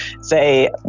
say